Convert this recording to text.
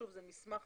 שוב, זה מסמך